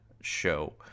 show